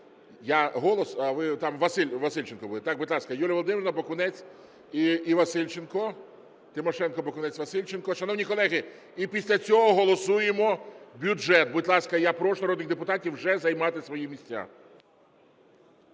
"Голос", там Васильченко буде. Будь ласка, Юлія Володимирівна, Бакунець і Васильченко. Тимошенко, Бакунець, Васильченко. Шановні колеги, і після цього голосуємо бюджет. Будь ласка, я прошу народних депутатів вже займати свої місця.